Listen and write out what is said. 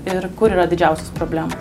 ir kur yra didžiausios problemos